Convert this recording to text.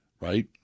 right